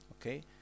Okay